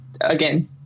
again